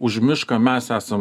už mišką mes esam